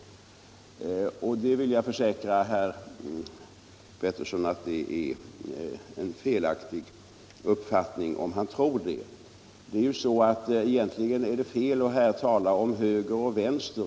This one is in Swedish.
Jag sendet vill försäkra herr Pettersson att det är en felaktig uppfattning. Egentligen är det fel att här tala om höger och vänster.